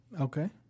Okay